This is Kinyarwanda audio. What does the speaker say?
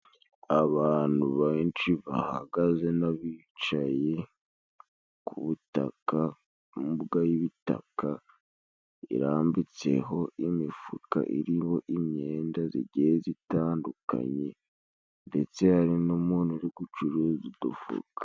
Abantu benshi bahagaze n'abicaye ku butaka bw'imbuga y'ibitaka, irambitseho imifuka iriho imyenda zigiye zitandukanye, ndetse hari n'umuntu urigucuruza udufuka.